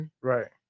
Right